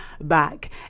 back